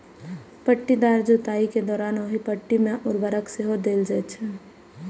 पट्टीदार जुताइ के दौरान ओहि पट्टी मे उर्वरक सेहो देल जाइ छै